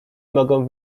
mogą